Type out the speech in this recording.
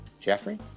jeffrey